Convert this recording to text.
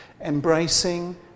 embracing